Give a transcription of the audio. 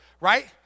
right